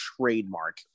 trademark